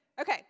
okay